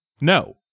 No